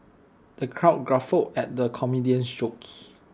the crowd guffawed at the comedian's jokes